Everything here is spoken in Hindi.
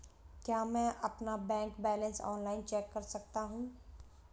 क्या मैं अपना बैंक बैलेंस ऑनलाइन चेक कर सकता हूँ?